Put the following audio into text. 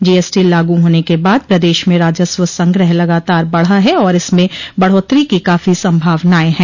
GST लागू होने के बाद प्रदेश में राजस्व संग्रह लगातार बढ़ा है और इसमें बढ़ोत्तरी की काफी संभावनाएं हैं